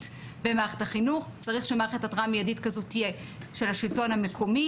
במערכת החינוך צריך שמערכת התראה מידית כזאת תהיה בשלטון המקומי